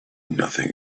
nothing